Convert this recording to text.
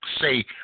say